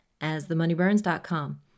asthemoneyburns.com